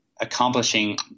accomplishing